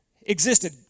existed